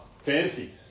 fantasy